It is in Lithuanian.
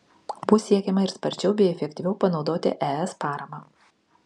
bus siekiama ir sparčiau bei efektyviau panaudoti es paramą